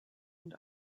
und